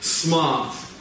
smart